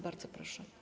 Bardzo proszę.